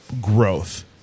growth